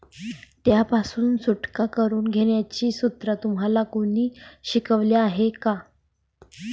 त्यापासून सुटका करून घेण्याचे सूत्र तुम्हाला कोणी शिकवले आहे का?